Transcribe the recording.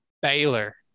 Baylor